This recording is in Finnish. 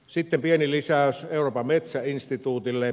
sitten pieni lisäys euroopan metsäinstituutille